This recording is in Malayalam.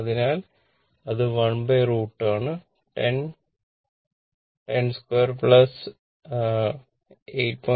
അതിനാൽ അത് 1 √ 2 ആണ് 10 10 2 8